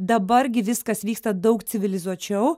dabar gi viskas vyksta daug civilizuočiau